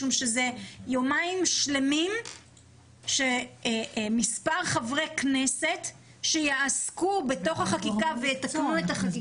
משום שאלו יומיים שלמים שמספר חברי כנסת יעסקו בחקיקה ויתקנו אותה.